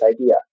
idea